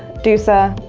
dusa,